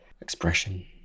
expression